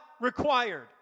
required